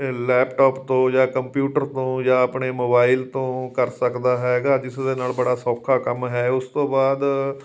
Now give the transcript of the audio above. laptop ਤੋਂ ਜਾਂ computer ਤੋਂ ਜਾਂ ਆਪਣੇ ਮੋਬਾਈਲ ਤੋਂ ਕਰ ਸਕਦਾ ਹੈਗਾ ਜਿਸ ਦੇ ਨਾਲ ਬੜਾ ਸੌਖਾ ਕੰਮ ਹੈ ਉਸ ਤੋਂ ਬਾਅਦ